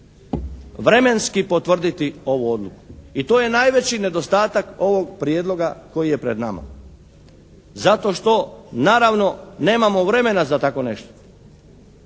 vremenski potvrditi ovu odluku i to je najveći nedostatak ovog prijedloga koji je pred nama, zato što naravno nemamo vremena za tako nešto.